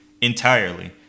entirely